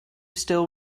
still